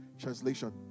translation